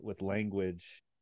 language